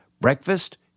Breakfast